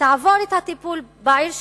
תעבור את הטיפול בעיר שלה,